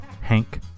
Hank